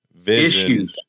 vision